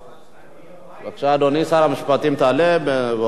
בבקשה, אדוני שר המשפטים, תעלה.